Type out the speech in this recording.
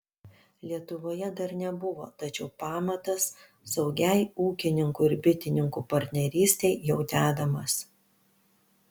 lietuvoje dar nebuvo tačiau pamatas saugiai ūkininkų ir bitininkų partnerystei jau dedamas